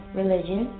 religion